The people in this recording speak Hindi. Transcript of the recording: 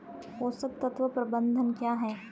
पोषक तत्व प्रबंधन क्या है?